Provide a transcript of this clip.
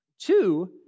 Two